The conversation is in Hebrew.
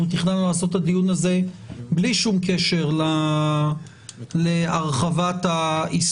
אנחנו תכננו לעשות את הדיון הזה בלי שום קשר להרחבת האיסור.